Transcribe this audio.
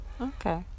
Okay